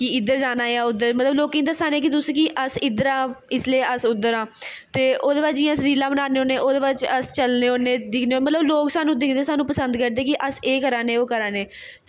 कि इद्धर जाना ऐ जां उद्धर मतलब लोकें गी दस्सा नें कि तुस कि अस इद्धर आं इसलै अस उद्धर आं ते ओह्दे बाद जि'यां अस रीलां बनान्ने होन्नें ओह्दे बाद च अस चलने होन्नें मतलब लोग सानूं दिखदे सानूं पसंद करदे कि अस एह् करा नें ओह् करा नें